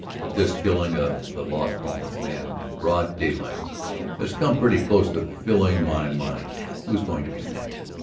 but this killing of the las palmas man in broad daylight has come pretty close to filling my mind. who's going to be next?